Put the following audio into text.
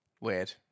Weird